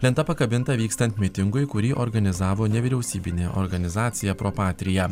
lenta pakabinta vykstant mitingui kurį organizavo nevyriausybinė organizacija propatrija